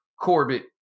Corbett